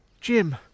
Jim